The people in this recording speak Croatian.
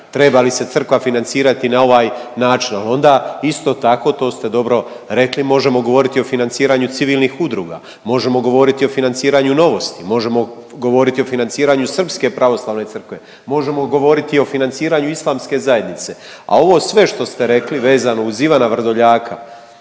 Treba li se crkva financirati na ovaj način, ali onda isto tako to ste dobro rekli možemo govoriti o financiranju civilnih udruga, možemo govoriti o financiranju Novosti, možemo govoriti o financiranju srpske pravoslavne crkve, možemo govoriti o financiranju islamske zajednice. A ovo sve što ste rekli vezano uz Ivana Vrdoljaka,